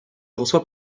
reçoit